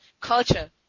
culture